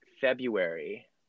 February